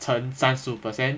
你再乘三十五 percent